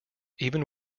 even